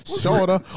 Shorter